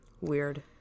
Weird